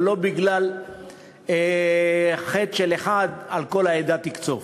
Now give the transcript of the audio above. אבל לא בגלל חטא של אחד על כל העדה תקצוף.